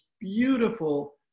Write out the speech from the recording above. beautiful